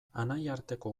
anaiarteko